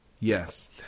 Yes